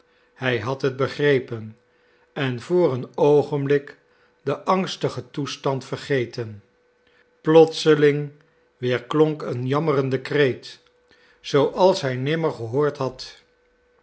hij had het begrepen en voor een oogenblik den angstigen toestand vergeten plotseling weerklonk een jammerende kreet zooals hij nimmer gehoord had